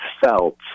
felt